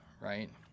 right